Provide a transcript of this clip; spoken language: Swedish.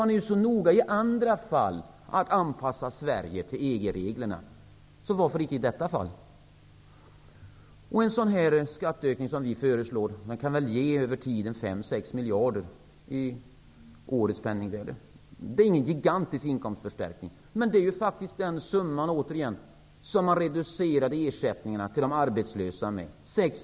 Man är ju i andra fall så noga med att anpassa Sverige till EG-reglerna, så varför icke göra det i detta fall? En sådan skatteökning som vi föreslår kan över tiden ge 5--6 miljarder i årets penningvärde. Det är inte någon gigantisk inkomstförstärkning. Men det är den summa som man reducerade ersättningarna till de arbetslösa med.